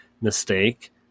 mistake